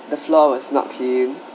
the floor was not cheap